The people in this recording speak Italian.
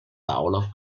paolo